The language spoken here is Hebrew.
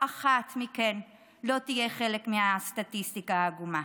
אחת מכן לא תהיה חלק מהסטטיסטיקה העגומה.